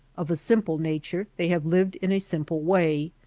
of a simple nature, they have lived in a simple way,